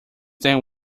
then